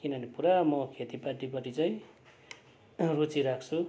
किनभने पुरा म खेतीपातीपट्टि चाहिँ रुचि राख्छु